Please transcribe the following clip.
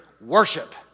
worship